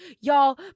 Y'all